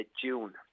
June